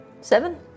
Seven